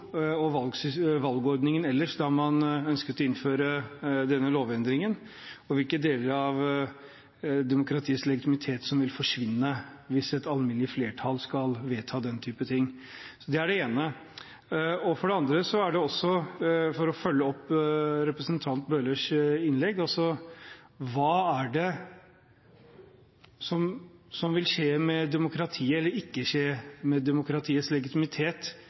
Oslo, og valgordningen ellers, da man ønsket å innføre denne lovendringen, og hvilke deler av demokratiets legitimitet som vil forsvinne hvis et alminnelig flertall skal vedta den type ting. Det er det ene. Det andre er, for å følge opp representanten Bøhlers innlegg: Hva er det som vil skje eller ikke skje med demokratiets legitimitet